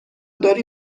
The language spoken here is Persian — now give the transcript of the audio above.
داری